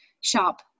shop